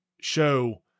show